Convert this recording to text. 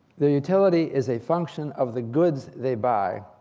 their utility is a function of the goods they buy.